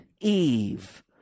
Eve